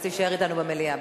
אז תישאר אתנו במליאה.